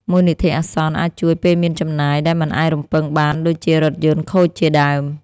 មូលនិធិអាសន្នអាចជួយពេលមានចំណាយដែលមិនអាចរំពឹងបានដូចជារថយន្តខូចជាដើម។